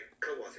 co-author